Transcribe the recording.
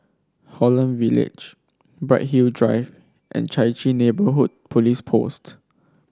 Holland Village Bright Hill Drive and Chai Chee Neighbourhood Police Post